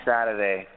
Saturday